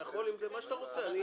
מה שאתה רוצה.